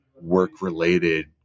work-related